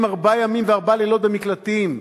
ארבעה ימים וארבעה לילות במקלטים,